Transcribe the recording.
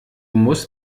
muss